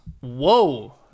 Whoa